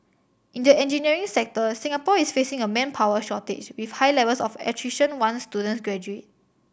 in the engineering sector Singapore is facing a manpower shortage with high levels of attrition once student graduate